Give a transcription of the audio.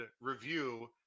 review